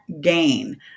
gain